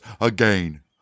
again